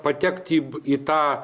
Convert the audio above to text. patekt į į tą